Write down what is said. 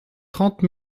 trente